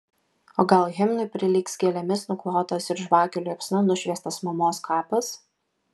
o gal himnui prilygs gėlėmis nuklotas ir žvakių liepsna nušviestas mamos kapas